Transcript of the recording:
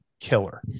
Killer